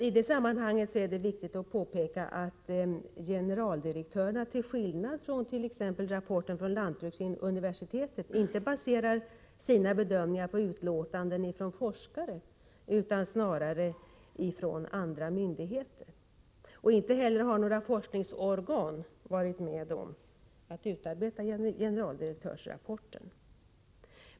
I det sammanhanget är det viktigt att påpeka att generaldirektörernas aktionsplan till skillnad från t.ex. rapporten från lantbruksuniversitetet, inte baseras på utlåtanden ifrån forskare utan snarare på vad som redovisats av olika myndigheter. Inte heller har några forskningsorgan varit med om att utarbeta generaldirektörsrapporten.